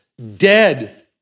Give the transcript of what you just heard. dead